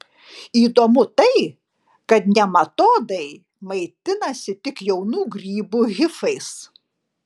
įdomu tai kad nematodai maitinasi tik jaunų grybų hifais